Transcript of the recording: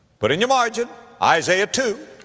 but in your margin isaiah two.